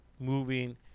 moving